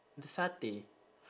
the satay